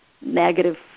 negative